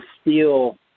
steel